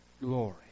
Glory